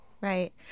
Right